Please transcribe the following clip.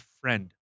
friend